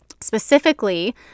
Specifically